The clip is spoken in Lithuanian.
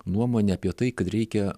nuomonę apie tai kad reikia